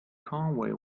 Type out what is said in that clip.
conway